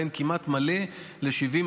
בין כמעט מלא ל-70%